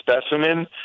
specimen